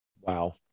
Wow